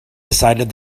decided